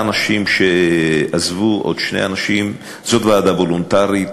זאת ועדה וולונטרית.